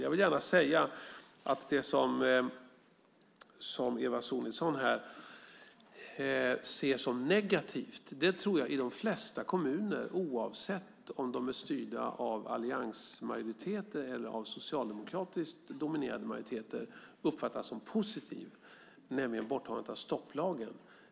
Jag vill gärna säga att jag tror att det som Eva Sonidsson här ser som negativt i de flesta kommuner, oavsett om de är styrda av alliansmajoriteter eller av socialdemokratiskt dominerade majoriteter, uppfattas som positivt, nämligen borttagandet av stopplagen.